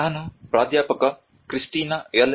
ನಾನು ಪ್ರಾಧ್ಯಾಪಕ Christina L